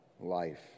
life